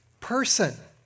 person